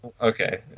Okay